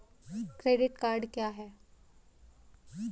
Credit card क्या है?